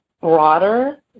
broader